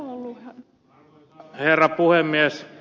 arvoisa herra puhemies